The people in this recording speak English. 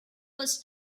was